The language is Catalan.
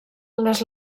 les